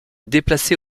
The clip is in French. déplacée